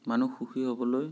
মানুহ সুখী হ'বলৈ